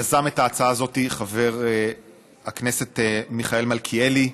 יזם את ההצעה הזאת מיכאל מלכיאלי,